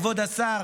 כבוד השר,